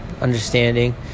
understanding